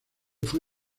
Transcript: fue